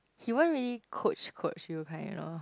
he won't really coach coach you kind you know